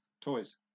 Toys